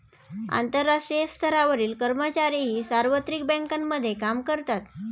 आंतरराष्ट्रीय स्तरावरील कर्मचारीही सार्वत्रिक बँकांमध्ये काम करतात